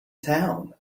town